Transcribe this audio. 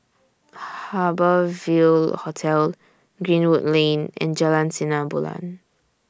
Harbour Ville Hotel Greenwood Lane and Jalan Sinar Bulan